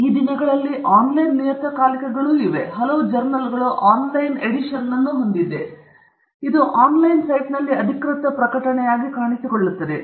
ಈ ದಿನಗಳಲ್ಲಿ online ನಿಯತಕಾಲಿಕೆಗಳೊಂದಿಗೆ ಹಲವು ಜರ್ನಲ್ಗಳು ಆನ್ ಲೈನ್ ಆವೃತ್ತಿಗಳನ್ನು ಹೊಂದಿದ್ದು ಇದು ಆನ್ ಲೈನ್ ಸೈಟ್ನಲ್ಲಿ ಅಧಿಕೃತ ಪ್ರಕಟಣೆಯಾಗಿ ಕಾಣಿಸಿಕೊಳ್ಳುತ್ತದೆ